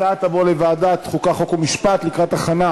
התשע"ה 2015, לוועדת החוקה, חוק ומשפט נתקבלה.